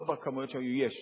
לא בכמויות שהיו, יש.